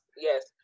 yes